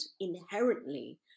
inherently